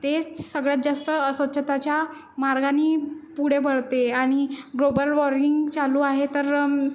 तेच सगळ्यात जास्त अस्वच्छताच्या मार्गानी पुढे बळते आणि ग्लोबल वार्मिंग चालू आहे तर